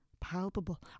palpable